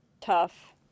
Tough